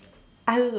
I don't know